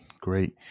Great